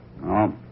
No